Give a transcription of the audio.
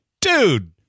Dude